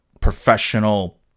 professional